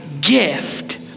gift